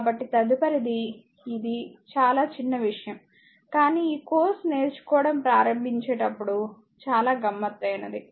కాబట్టి తదుపరిది ఇది ఇది చాలా చిన్న విషయం కానీ ఈ కోర్సు నేర్చుకోవడం ప్రారంభించేటప్పుడు చాలా గమ్మత్తైనది